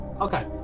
Okay